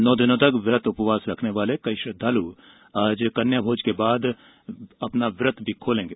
नौ दिनों तक व्रत उपवास रखने वाले कई श्रद्वालू आज कन्याभोज के बाद व्रत खोलेंगे